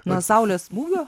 nuo saulės smūgio